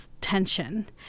tension